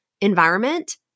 environment